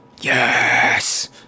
yes